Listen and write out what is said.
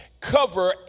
cover